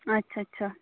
अच्छा अच्छा